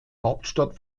hauptstadt